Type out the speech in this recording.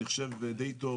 אני חושב די טוב,